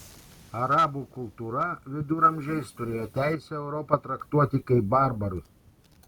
arabų kultūra viduramžiais turėjo teisę europą traktuoti kaip barbarus